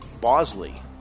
Bosley